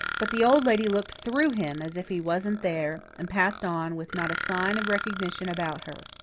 but the old lady looked through him as if he wasn't there, and passed on with not a sign of recognition about her.